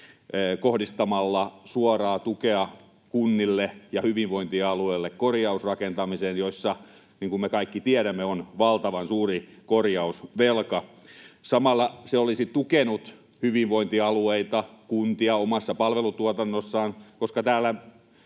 korjausrakentamiseen kunnille ja hyvinvointialueille, joissa, niin kuin me kaikki tiedämme, on valtavan suuri korjausvelka. Samalla se olisi tukenut hyvinvointialueita ja kuntia omassa palvelutuotannossaan. Koska täällä